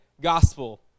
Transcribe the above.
gospel